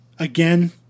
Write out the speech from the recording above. Again